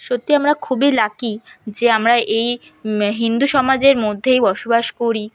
সত্যিই আমরা খুবই লাকি যে আমরা এই হিন্দু সমাজের মধ্যেই বসবাস করি